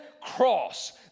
cross